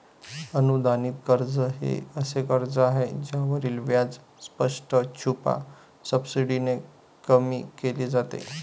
अनुदानित कर्ज हे असे कर्ज आहे ज्यावरील व्याज स्पष्ट, छुप्या सबसिडीने कमी केले जाते